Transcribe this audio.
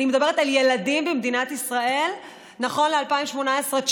אני מדברת על ילדים במדינת ישראל נכון ל-2018/19.